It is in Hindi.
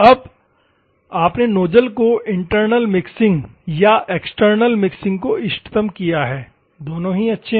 अब आपने नोजल को इंटरनल मिक्सिंग या एक्सटर्नल मिक्सिंग को इष्टतम किया है दोनों ही अच्छे हैं